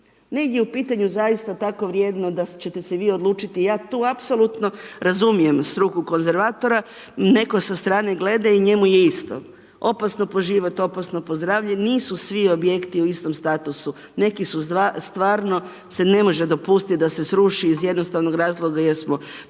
Negdje je u pitanju zaista tako vrijedno da ćete se vi odlučiti, ja tu apsolutno razumijem struku konzervatora, netko sa strane gleda i njemu je isto. Opasno po život, opasno po zdravlje, nisu svi objekti u istom statusu, neki su stvarno se ne može dopustiti da se sruši iz jednostavnog razloga jer smo bespovratno